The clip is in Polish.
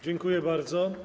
Dziękuję bardzo.